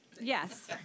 Yes